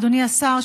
אדוני השר,